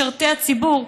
משרתי הציבור,